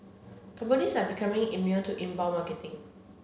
companies are becoming immune to inbound marketing